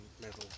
level